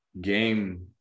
game